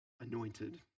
anointed